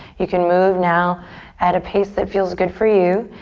you can move now at a pace that feels good for you.